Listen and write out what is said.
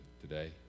today